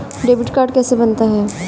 Debit card कैसे बनता है?